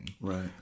right